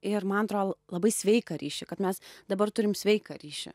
ir man atrodo labai sveiką ryšį kad mes dabar turim sveiką ryšį